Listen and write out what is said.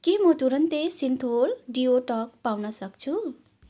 के म तुरुन्तै सिन्थोल डिओ टल्क पाउनसक्छु